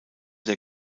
der